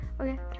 okay